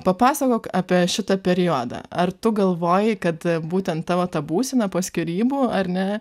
papasakok apie šitą periodą ar tu galvojai kad būtent tavo ta būsena po skyrybų ar ne